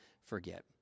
forget